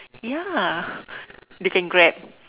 ya they can Grab